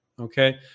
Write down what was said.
Okay